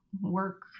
work